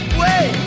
wait